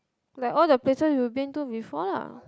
like all the places you been to before lah